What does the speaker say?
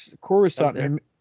Coruscant